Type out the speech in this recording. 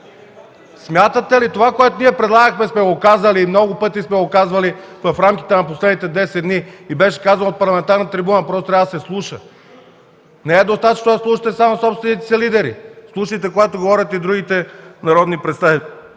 реплики.) Това, което ние предлагахме, много пъти сме го казвали в рамките на последните десет дни, беше казано от парламентарната трибуна, просто трябва да се слуша. Не е достатъчно да слушате само собствените си лидери – слушайте, когато говорят и другите народни представители.